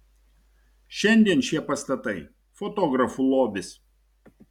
šiandien šie pastatai fotografų lobis